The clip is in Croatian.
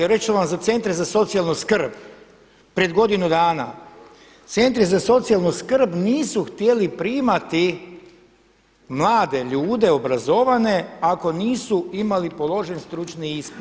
Reći ću vam Centre za socijalnu skrb pred godinu dana, Centri za socijalnu skrb nisu htjeli primati mlade ljude, obrazovane ako nisu imali položen stručni ispit.